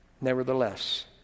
Nevertheless